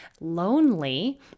lonely